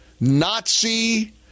Nazi